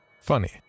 Funny